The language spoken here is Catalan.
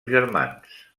germans